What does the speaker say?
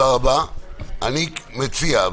אני מציע,